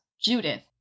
Judith